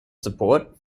support